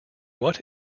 what